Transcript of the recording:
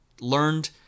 learned